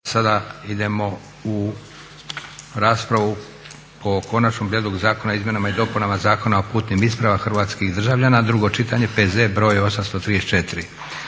Sada idemo u raspravu o: - Konačni prijedlog Zakona o izmjenama i dopunama Zakona o putnim ispravama hrvatskih državljana, drugo čitanje, P.Z. br. 843;